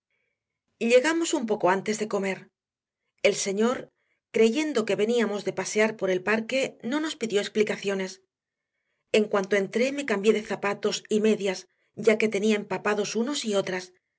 alcanzarla llegamos un poco antes de comer el señor creyendo que veníamos de pasear por el parque no nos pidió explicaciones en cuanto entré me cambié de zapatos y medias ya que tenía empapados unos y otras